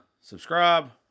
subscribe